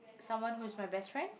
someone who is my best friend